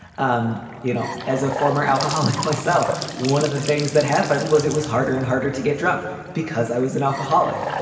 um you know, as a former alcoholic myself, one of the things that happened was it was harder and harder to get drunk because i was an alcoholic.